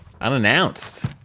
unannounced